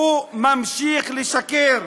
הוא ממשיך לשקר